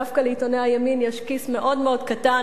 דווקא לעיתוני הימין יש כיס מאוד קטן,